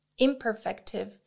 imperfective